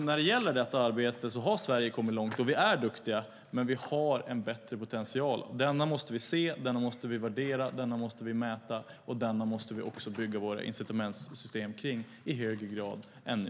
När det gäller detta arbete har Sverige kommit långt, och vi är duktiga. Men vi har en större potential. Denna måste vi se, värdera, mäta och också bygga våra incitamentssystem kring i högre grad än nu.